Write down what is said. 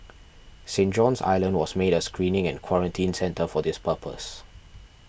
Saint John's Island was made a screening and quarantine centre for this purpose